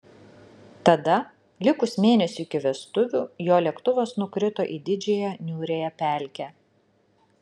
tada likus mėnesiui iki vestuvių jo lėktuvas nukrito į didžiąją niūriąją pelkę